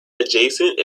adjacent